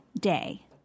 day